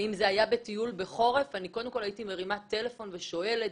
אם זה היה בחורף הייתי מרימה טלפון, שואלת